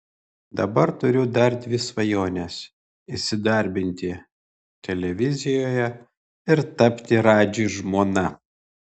dabar turiu dar dvi svajones įsidarbinti televizijoje ir tapti radži žmona